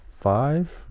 five